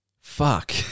fuck